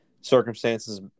circumstances